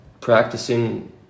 practicing